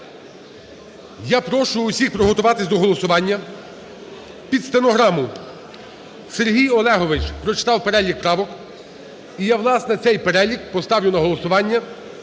Я прошу усіх приготуватись до голосування. Під стенограму Сергій Олегович прочитав перелік правок, і я, власне, цей перелік поставлю на голосування,